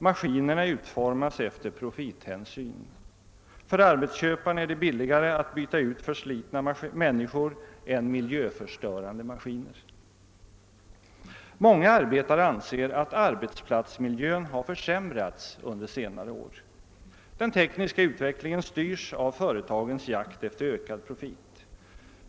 Maskinerna utformas efter profithänsyn. För arbetsköparna är det billigare att byta ut förslitna människor än miljöförstörande maskiner. Många arbetare anser att arbetsplatsmiljön har försämrats under senare år. Den tekniska utvecklingen styrs av företagens jakt efter ökad profit.